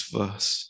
verse